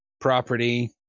property